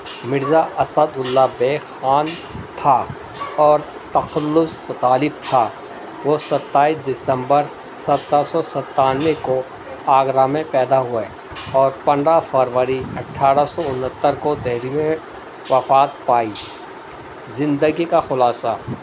Mirza Asadullah Beg Khan تھا اور تخلص غالب تھا وہ ستائیس دسمبر سترہ سو ستانوے کو آگرہ میں پیدا ہوئے اور پندرہ فروری اٹھارہ سو انہتر کو دہلی میں وفات پائی زندگی کا خلاصہ